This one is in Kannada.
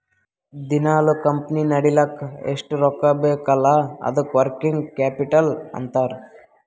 ದಿನಾಲೂ ಕಂಪನಿ ನಡಿಲ್ಲಕ್ ಎಷ್ಟ ರೊಕ್ಕಾ ಬೇಕ್ ಅಲ್ಲಾ ಅದ್ದುಕ ವರ್ಕಿಂಗ್ ಕ್ಯಾಪಿಟಲ್ ಅಂತಾರ್